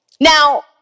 Now